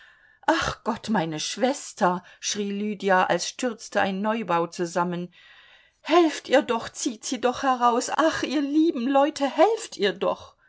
ach gott meine schwester schrie lydia als stürzte ein neubau zusammen helft ihr doch zieht sie doch heraus ach ihr lieben leute helft ihr doch